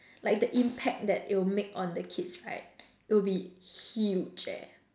like the impact that it will make on the kids right it will be huge leh